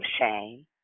shame